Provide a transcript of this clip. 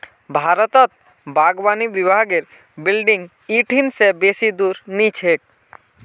भारतत बागवानी विभागेर बिल्डिंग इ ठिन से बेसी दूर नी छेक